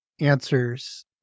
answers